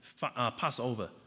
Passover